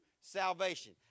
salvation